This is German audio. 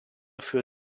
für